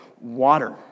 water